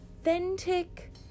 authentic